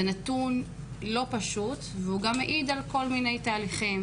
זה נתון לא פשוט, והוא גם מעיד על כל מיני תהליכים